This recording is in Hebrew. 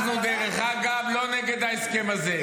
אנחנו, דרך אגב, לא נגד ההסכם הזה.